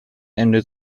ende